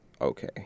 okay